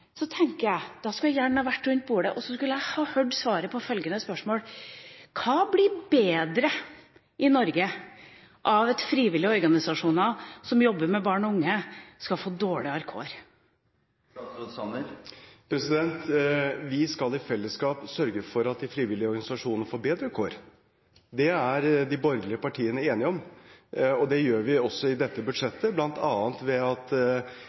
tenker jeg at jeg gjerne skulle ha vært rundt bordet og fått høre svaret på følgende spørsmål: Hva blir bedre i Norge av at frivillige organisasjoner som jobber med barn og unge, skal få dårligere kår? Vi skal i fellesskap sørge for at de frivillige organisasjonene får bedre kår. Det er de borgerlige partiene enige om. Det gjør vi også i dette budsjettet, bl.a. ved at